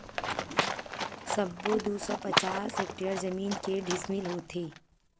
सबो दू सौ पचास हेक्टेयर जमीन के डिसमिल होथे?